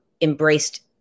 embraced